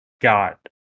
got